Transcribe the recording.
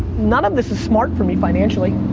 none of this is smart for me financially.